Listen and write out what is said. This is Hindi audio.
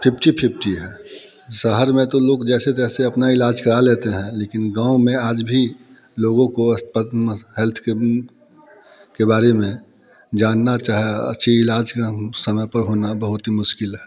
फिफ्टी फिफ्टी है शहर में तो लोग जैसे तैसे अपना इलाज करा लेते हैं लेकिन गाँव में आज भी लोगों को हेल्थ के बारे में जानना इलाज का समय पर होना बहुत ही मुश्किल है